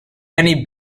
many